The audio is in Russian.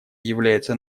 является